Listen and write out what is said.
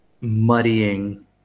muddying